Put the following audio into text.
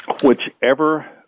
whichever